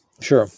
Sure